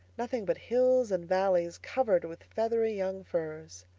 nothing but hills and valleys covered with feathery young firs.